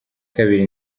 kabiri